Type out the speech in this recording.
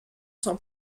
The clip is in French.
son